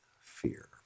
fear